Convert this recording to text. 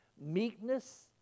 meekness